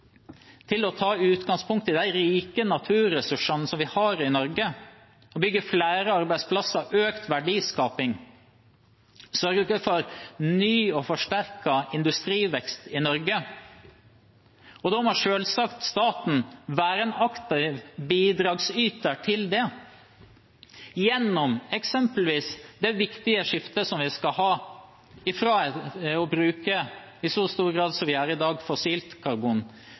til å ta utgangspunkt i de rike naturressursene som vi har i Norge, og bygger flere arbeidsplasser – økt verdiskaping – og sørger for ny og forsterket industrivekst i Norge. Da må selvsagt staten være en aktiv bidragsyter til det gjennom eksempelvis det viktige skiftet vi skal ha – fra i så stor grad som i dag å bruke fossilt karbon